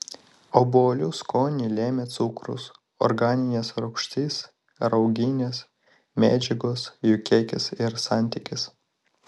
obuolių skonį lemia cukrus organinės rūgštys rauginės medžiagos jų kiekis ir santykis